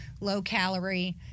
low-calorie